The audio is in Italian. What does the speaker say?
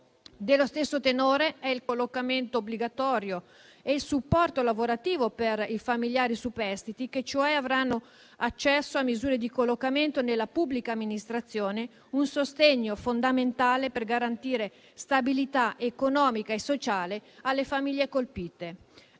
Dello stesso tenore sono il collocamento obbligatorio e il supporto lavorativo per i familiari superstiti, che avranno accesso a misure di collocamento nella pubblica amministrazione. Si tratta di un sostegno fondamentale per garantire stabilità economica e sociale alle famiglie colpite.